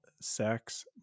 sex